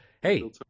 Hey